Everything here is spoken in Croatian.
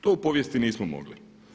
To u povijesti nismo mogli.